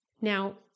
Now